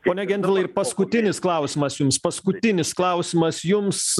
pone gentvilai paskutinis klausimas jums paskutinis klausimas jums